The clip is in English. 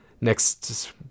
next